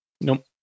Nope